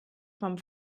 vom